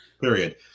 period